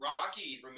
Rocky